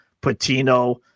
Patino